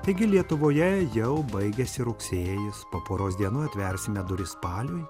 taigi lietuvoje jau baigiasi rugsėjis po poros dienų atversime duris spaliui